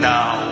Now